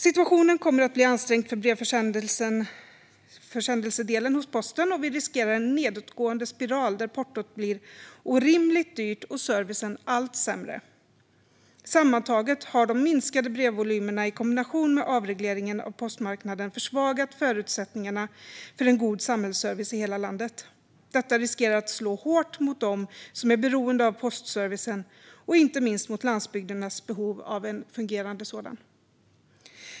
Situationen kommer att bli ansträngd för brevförsändelsedelen hos posten, och vi riskerar en nedåtgående spiral där portot blir orimligt dyrt och servicen allt sämre. Sammantaget har de minskade brevvolymerna i kombination med avregleringen av postmarknaden försvagat förutsättningarna för en god samhällsservice i hela landet. Detta riskerar att slå hårt mot dem som är beroende av postservicen och inte minst mot landsbygdernas behov av en fungerande sådan.